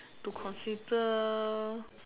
to consider